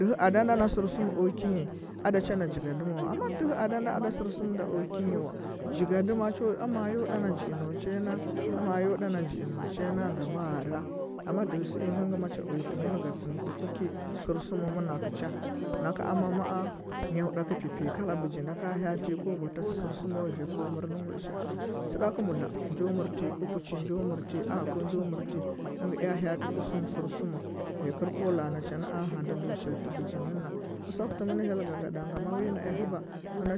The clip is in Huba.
Oɚlɚ ada nda na sɚrsuma o ki nyi ada cha na jigadima wa amma dɚhɚ ado nda nda a sɚrsuma da o ki nyi wa jigadima cho amma yo ɗa na nji ino cha ya na amma ya ɗa na nji ino cha ya no ngama hyra amma dɚhɚ sɚ ingɚ ngɚ mo cho uyo tɚ mɚn ga tsɚmti ku ki sɚrsuma manakɚu cha nakɚu amma ma a nya huɗa kɚu pipi nyi kala bɚgi nda ka ha’atɚ ko gwa tatsi sɚrsuma vi ko mɚrtɚ nyi nɚ gullisha’a sidakɚ mbudla njo mɚrti upuchi njo mɚrti abaakɚu njo mɚrti ɚngɚ ea ha’aty ku sɚrsuma kɚr ko la. a na cha nɚ a hanɗi ndu ndɚ nau shiltɚ bɚgi nɚnna usaku tɚ mɚn hyel gagaɗa gama uli wi na ea hɚba